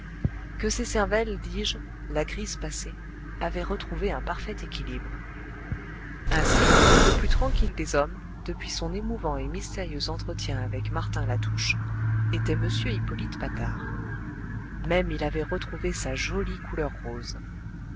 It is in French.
que ces cervelles dis-je la crise passée avaient retrouvé un parfait équilibre ainsi le plus tranquille des hommes depuis son émouvant et mystérieux entretien avec martin latouche était m hippolyte patard même il avait retrouvé sa jolie couleur rose